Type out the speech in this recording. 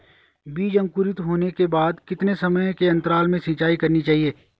बीज अंकुरित होने के बाद कितने समय के अंतराल में सिंचाई करनी चाहिए?